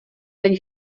teď